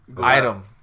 item